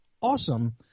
awesome